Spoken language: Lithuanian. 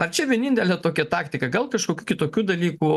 ar čia vienintelė tokia taktika gal kažkokių kitokių dalykų